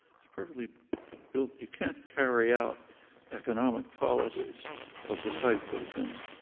it's perfectly built you can't carry out economic policies of the type that have been